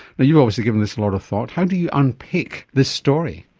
but you've obviously given this a lot of thought, how do you unpick this story?